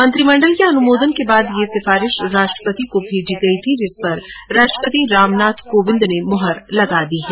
मंत्रिमंडल की अनुमोदन के बाद ये सिफारिश राष्ट्रपति को भेजी गई थी जिस पर राष्ट्रपति रामनाथ कोविंद ने मुहर लगा दी है